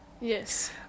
Yes